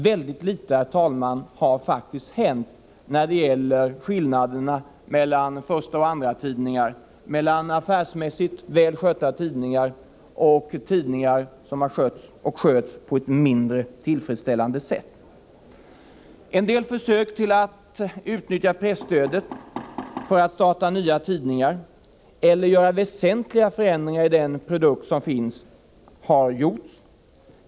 Väldigt litet har faktiskt hänt när det gäller skillnaderna mellan förstaoch andratidningar, mellan affärsmässigt välskötta tidningar och tidningar som har skötts och sköts på ett mindre tillfredsställande sätt. En del försök att utnyttja presstödet till att starta nya tidningar eller att åstadkomma väsentliga förändringar i produkten har gjorts.